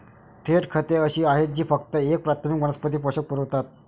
थेट खते अशी आहेत जी फक्त एक प्राथमिक वनस्पती पोषक पुरवतात